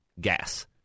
gas